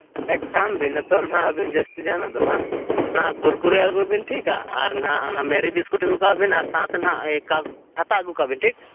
ᱮᱠ ᱠᱟᱢ ᱵᱤᱱ ᱱᱤᱛᱳᱜ ᱦᱟᱸᱜ ᱟᱹᱵᱤᱱ ᱡᱟᱦᱟᱸ ᱱᱟᱜ ᱫᱚ ᱵᱟᱝ ᱚᱱᱟ ᱠᱳᱨᱠᱳᱨᱤ ᱟᱹᱜᱩᱭ ᱵᱤᱱ ᱴᱷᱤᱠᱟ ᱟᱨ ᱚᱱᱟ ᱢᱮᱨᱤ ᱵᱤᱥᱠᱩᱴ ᱟᱹᱜᱩ ᱠᱟᱜ ᱵᱤᱱ ᱟᱨ ᱥᱟᱶᱛᱮ ᱱᱟᱜ ᱠᱟᱯ ᱦᱟᱛᱟᱣ ᱟᱹᱜᱩ ᱠᱟᱜ ᱵᱤᱱ ᱴᱷᱤᱠ